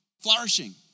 flourishing